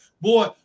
boy